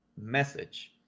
message